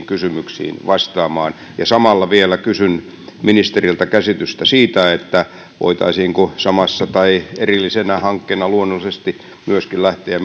kysymyksiin vastaamaan ja samalla vielä kysyn ministeriltä käsitystä siitä voitaisiinko samassa tai erillisenä hankkeena luonnollisesti lähteä